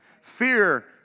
Fear